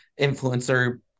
influencer